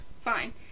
Fine